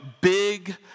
big